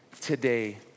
today